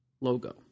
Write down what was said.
logo